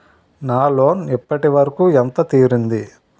నా లోన్ ఇప్పటి వరకూ ఎంత తీరింది?